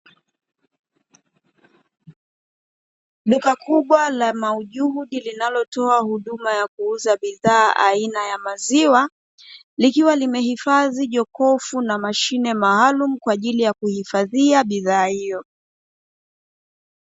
Duka kubwa la maujuzi linalotoa huduma ya kuuza bidhaa aina ya maziwa, likiwa limehifadhi jokofu na mashine maalumu kwa ajili ya kuhifadhia bidhaa hiyo.